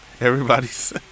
everybody's